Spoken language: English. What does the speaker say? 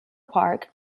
park